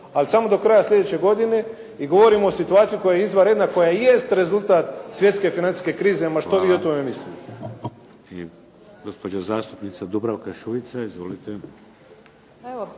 Ali samo do kraja sljedeće godine i govorimo o situaciji koja je izvanredna, koja i jest rezultat svjetske financijske krize, ma što vi o tome mislili.